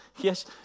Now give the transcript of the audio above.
Yes